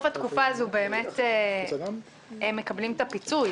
התקופה הזאת הם באמת יקבלו את הפיצוי.